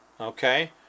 okay